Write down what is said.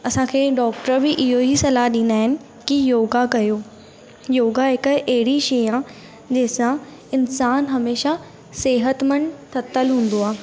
असांखे डॉक्टर बि इहेई सलाह ॾींदा आहिनि की योगा कयो योगा हिक अहिड़ी शइ आहे जंहिंसां इन्सानु हमेशह सिहत मंद ठतल हूंदो आहे